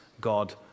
God